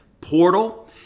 portal